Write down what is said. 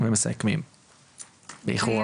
ומסכמים באיחור רב.